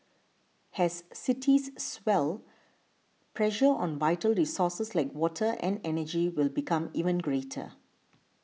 as cities swell pressure on vital resources like water and energy will become even greater